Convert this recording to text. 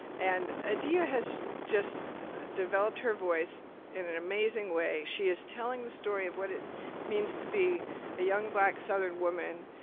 and adia has just developed her voice in an amazing way. she is telling the story of what it means to be a young, black, southern woman